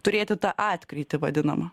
turėti tą atkrytį vadinamą